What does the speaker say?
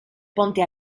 ponte